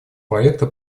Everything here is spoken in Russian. проекта